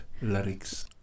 lyrics